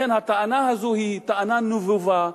לכן, הטענה הזאת היא טענה נבובה,